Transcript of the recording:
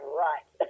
right